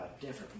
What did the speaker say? different